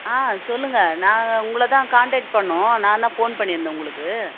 ஆ சொல்லுங்கள் நாங்கள் உங்களைதான் காண்டக்ட் பண்ணோம் நான்தான் ஃபோன் பண்ணியிருந்தேன் உங்களுக்கு